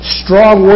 strong